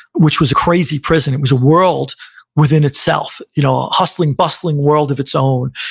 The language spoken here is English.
which was a crazy prison, it was a world within itself, you know a hustling bustling world of its own,